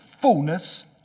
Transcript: Fullness